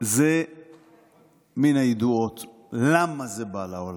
זה מן הידועות למה זה בא לעולם.